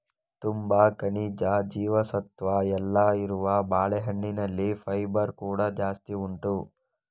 ತುಂಬಾ ಖನಿಜ, ಜೀವಸತ್ವ ಎಲ್ಲ ಇರುವ ಬಾಳೆಹಣ್ಣಿನಲ್ಲಿ ಫೈಬರ್ ಕೂಡಾ ಜಾಸ್ತಿ ಉಂಟು